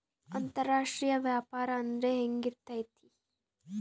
ಅಂತರಾಷ್ಟ್ರೇಯ ವ್ಯಾಪಾರ ಅಂದ್ರೆ ಹೆಂಗಿರ್ತೈತಿ?